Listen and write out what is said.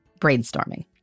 brainstorming